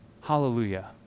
Hallelujah